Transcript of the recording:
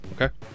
Okay